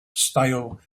style